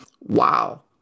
Wow